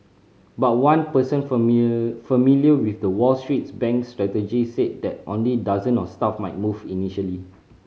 but one person familiar with the Wall Streets bank's strategy said that only dozen of staff might move initially